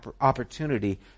opportunity